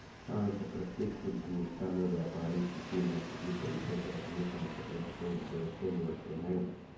सांस्कृतिक उद्यमिता में व्यापारी किसी न किसी तरीके से अपनी संस्कृति को उद्योग से जोड़ते हैं